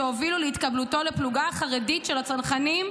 שהובילו להתקבלותו לפלוגה החרדית של הצנחנים,